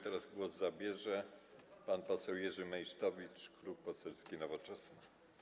Teraz głos zabierze pan poseł Jerzy Meysztowicz, Klub Poselski Nowoczesna.